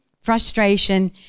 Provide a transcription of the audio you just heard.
frustration